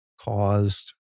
caused